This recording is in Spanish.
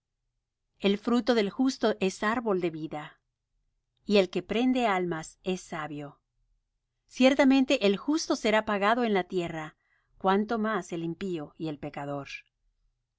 el fruto del justo es árbol de vida y el que prende almas es sabio ciertamente el justo será pagado en la tierra cuánto más el impío y el pecador